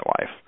life